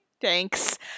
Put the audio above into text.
Thanks